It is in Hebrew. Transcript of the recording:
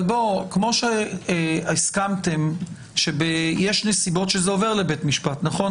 כמו שהסכמתם שיש נסיבות שזה עובר לבית משפט, נכון?